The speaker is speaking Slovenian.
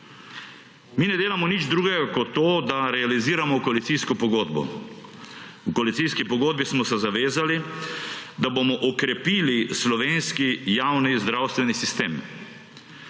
Mi ne delamo nič drugega kot to, da realiziramo koalicijsko pogodbo. V koalicijski pogodbi smo se zavezali, da bomo okrepili slovenski javni zdravstveni sistem.